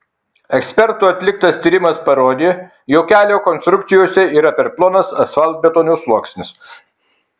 ekspertų atliktas tyrimas parodė jog kelio konstrukcijoje yra per plonas asfaltbetonio sluoksnis